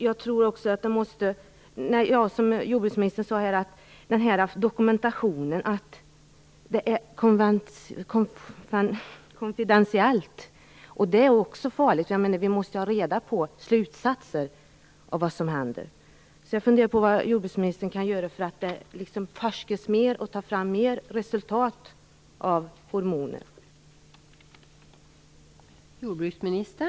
Jag tror också, som jordbruksministern sade, att det är farligt att dokumentationen är konfidentiell. Vi måste få reda på slutsatserna av vad som händer. Jag funderar på vad jordbruksministern kan göra för att det skall forskas mer och tas fram fler resultat om hormoner.